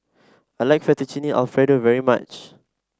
I like Fettuccine Alfredo very much